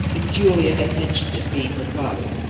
whom julia had mentioned as being her father.